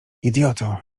idioto